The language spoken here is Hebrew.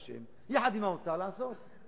בחסדי השם, יחד עם האוצר, לעשות.